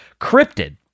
cryptid